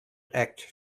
act